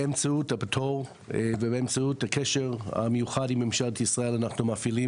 באמצעות הפטור ובאמצעות הקשר המיוחד עם ממשלת ישראל אנחנו מפעילים